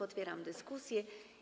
Otwieram dyskusję.